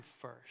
first